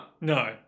No